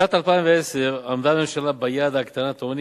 בשנת 2010 עמדה הממשלה ביעד להקטנת העוני,